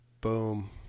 Boom